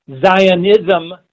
Zionism